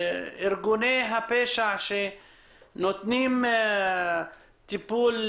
וארגוני הפשע שנותנים טיפול